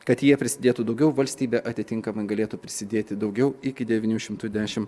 kad jie prisidėtų daugiau valstybė atitinkamai galėtų prisidėti daugiau iki devynių šimtų dešim